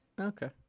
Okay